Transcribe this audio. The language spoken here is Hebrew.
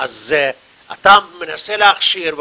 אתה מנסה להכשיר,